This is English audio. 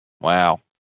Wow